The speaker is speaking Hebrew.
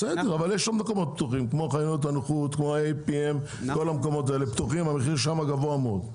אבל יש עוד מקומות פתוחים כמו חנויות הנוחות והמחיר שם גבוה מאוד.